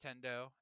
Nintendo